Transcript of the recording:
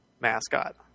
mascot